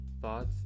thoughts